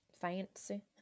fancy